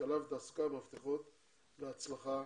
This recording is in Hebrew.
השכלה ותעסוקה והבטחות להצלחה,